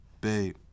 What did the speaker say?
Babe